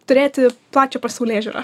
turėti plačią pasaulėžiūrą